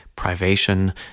privation